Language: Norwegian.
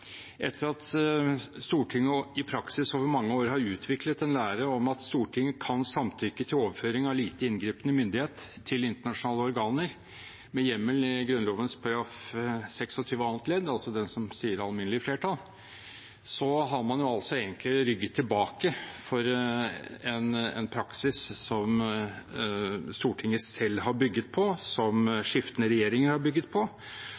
etter at Stortinget i praksis over mange år har utviklet en lære om at Stortinget kan samtykke til overføring av lite inngripende myndighet til internasjonale organer, med hjemmel i Grunnloven § 26 annet ledd, altså den som sier alminnelig flertall, har man egentlig rygget tilbake for en praksis som Stortinget selv har bygget på, som skiftende regjeringer har bygget på,